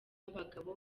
abagabo